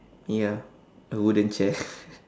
ya a wooden chair